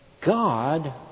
God